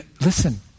Listen